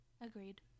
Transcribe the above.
agreed